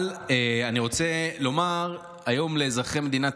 אבל אני רוצה לומר היום לאזרחי מדינת